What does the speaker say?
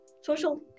social